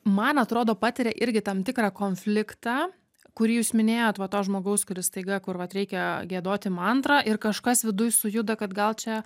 man atrodo patiria irgi tam tikrą konfliktą kurį jūs minėjot va to žmogaus kuris staiga kur vat reikia giedoti mantrą ir kažkas viduj sujuda kad gal čia